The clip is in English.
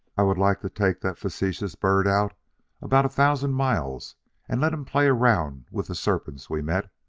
i would like to take that facetious bird out about a thousand miles and let him play around with the serpents we met.